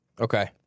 Okay